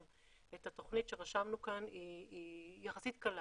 את התוכנית שרשמנו כאן היא יחסית קלה,